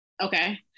okay